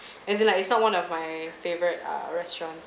as in like it's not one of my favourite err restaurants